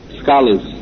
scholars